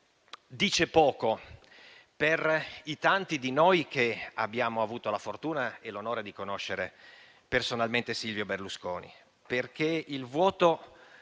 dice poco per i tanti di noi che abbiamo avuto la fortuna e l'onore di conoscere personalmente Silvio Berlusconi, perché il vuoto